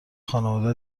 خانواده